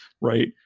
right